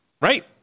right